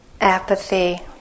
Apathy